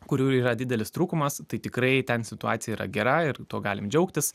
kurių yra didelis trūkumas tai tikrai ten situacija yra gera ir tuo galim džiaugtis